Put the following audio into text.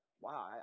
wow